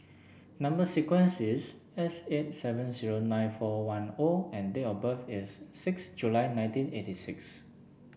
number sequence is S eight seven six zero nine four one O and date of birth is six July nineteen eighty six